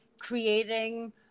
creating